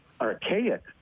archaic